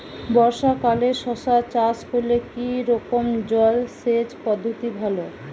বর্ষাকালে শশা চাষ করলে কি রকম জলসেচ পদ্ধতি ভালো?